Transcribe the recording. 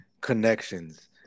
connections